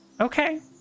Okay